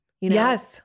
Yes